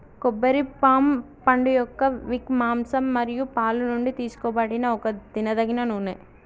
కొబ్బరి పామ్ పండుయొక్క విక్, మాంసం మరియు పాలు నుండి తీసుకోబడిన ఒక తినదగిన నూనె